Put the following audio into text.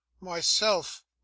Myself